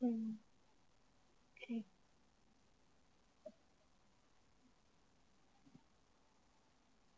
mm okay